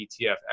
ETF